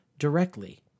Directly